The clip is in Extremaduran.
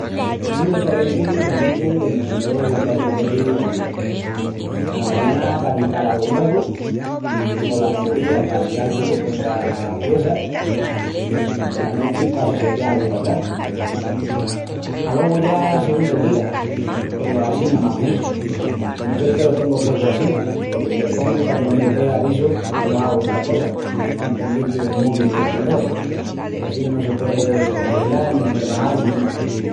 Assín de corrienti lo guipu dentri dos i quatru vezis al día. Ala mañana pa guipal algu nuevu. Pola meyodía pa si algu que tenga priessa i ala nochi pa si se quea algu patrás. Alogu ya sigún del día, peru assina más menus. Yo es que lo tengu puestu assina porque si lo pongu paque me dé avisu no hagu otra cosa qu'estal pendienti del mobi i del correu, i assina no se puei ahilal ni trebajal ni ná.